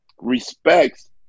respects